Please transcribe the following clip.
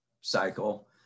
cycle